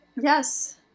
yes